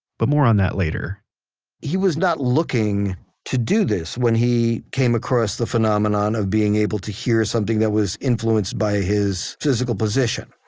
but more on that later he was not looking to do this when he came across the phenomenon of being able to hear something that was influenced by his physical position.